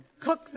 Cook